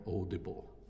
audible